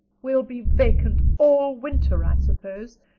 we'll be vacant all winter, i suppose,